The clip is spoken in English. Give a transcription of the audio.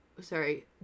Sorry